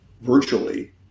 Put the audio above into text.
virtually